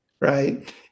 right